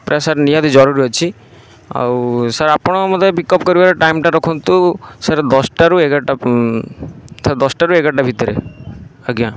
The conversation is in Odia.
ପୁରା ସାର୍ ନିହାତି ଜରୁରୀ ଅଛି ଆଉ ସାର୍ ଆପଣ ମୋତେ ପିକ୍ଅପ୍ କରିବାର ଟାଇମ୍ଟା ରଖନ୍ତୁ ସାର୍ ଦଶଟାରୁ ଏଗାରଟା ଦଶଟାରୁ ଏଗାରଟା ଭିତରେ ଆଜ୍ଞା